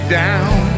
down